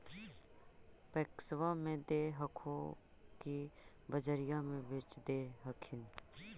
पैक्सबा मे दे हको की बजरिये मे बेच दे हखिन?